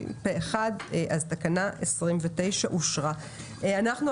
הצבעה אושר תקנה 29 אושרה פה אחד.